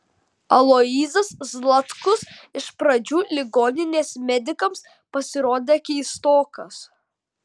aloyzas zlatkus iš pradžių ligoninės medikams pasirodė keistokas